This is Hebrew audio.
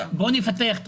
אני אעשה זאת